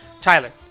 Tyler